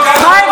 מה ההבדל?